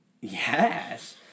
Yes